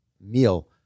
meal